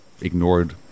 ignored